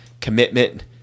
commitment